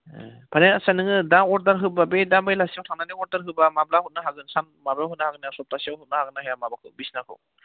माने आस्सा दा नोङो अर्डार होब्ला बे दा बेलासेयाव थांनानै अर्डार होब्ला माब्ला हरनो हागोन सान माबायाव हरनो हागोन ना हाया सप्तासेयाव हरनो हागोन ना हाया माबाखो बिसिनाखौ